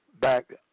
back